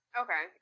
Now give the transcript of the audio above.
okay